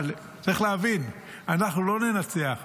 אבל צריך להבין שאנחנו לא ננצח,